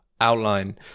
outline